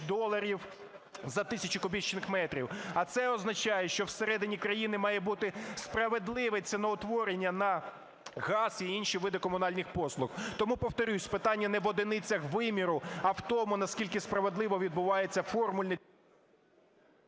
доларів за тисячу кубічних метрів, а це означає, що всередині країни має бути справедливе ціноутворення на газ і інші види комунальних послуг. Тому повторюсь, питання не в одиницях виміру, а в тому, наскільки справедливо відбувається… ГОЛОВУЮЧИЙ.